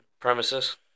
premises